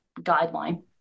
guideline